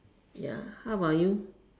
ya how about you